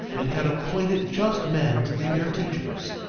and had appointed just men to be their teachers,